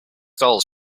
dollars